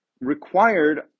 required